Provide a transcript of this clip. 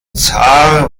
zar